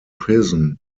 prison